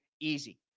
easy